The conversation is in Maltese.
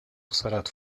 ħsarat